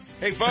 Hey